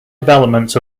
developments